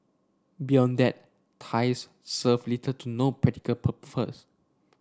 beyond that ties serve little to no practical